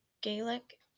Gaelic